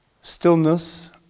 Stillness